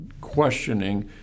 questioning